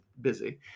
busy